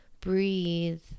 breathe